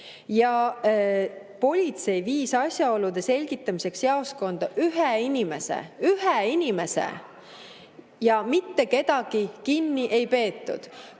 Politsei viis asjaolude selgitamiseks jaoskonda ühe inimese. Ühe inimese! Ja mitte kedagi kinni ei peetud. Toon